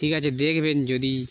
ঠিক আছে দেখবেন যদি